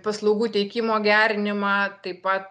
paslaugų teikimo gerinimą taip pat